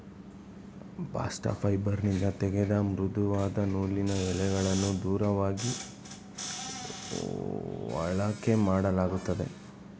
bast ಫೈಬರ್ನಿಂದ ತೆಗೆದ ಮೃದುವಾದ ನೂಲಿನ ಎಳೆಗಳನ್ನು ದಾರವಾಗಿ ಬಳಕೆಮಾಡಲಾಗುತ್ತದೆ